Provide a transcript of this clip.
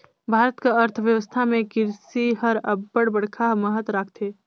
भारत कर अर्थबेवस्था में किरसी हर अब्बड़ बड़खा महत राखथे